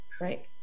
Right